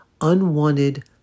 unwanted